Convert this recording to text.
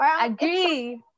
Agree